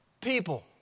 people